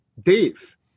Dave